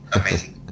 amazing